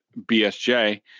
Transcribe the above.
BSJ